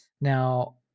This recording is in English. Now